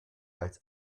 als